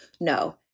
no